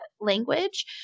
language